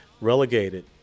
relegated